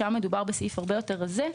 שם מדובר בסעיף הרבה יותר רזה,